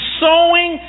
sowing